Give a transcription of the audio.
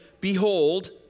Behold